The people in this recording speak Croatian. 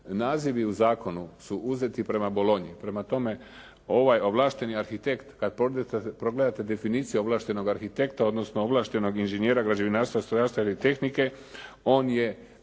Nazivi u zakonu su uzeti prema Bolonji, prema tome ovaj ovlašteni arhitekt kad pogledate definiciju ovlaštenog arhitekta odnosno ovlaštenog inženjera građevinarstva, strojarstva, elektrotehnike, on